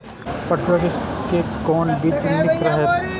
पटुआ के कोन बीज निक रहैत?